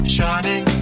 Shining